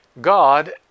God